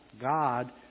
God